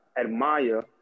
admire